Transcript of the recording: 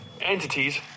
entities